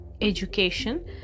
education